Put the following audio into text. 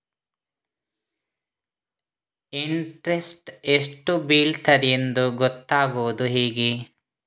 Interest ಎಷ್ಟು ಬೀಳ್ತದೆಯೆಂದು ಗೊತ್ತಾಗೂದು ಹೇಗೆ?